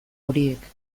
horiek